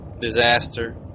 disaster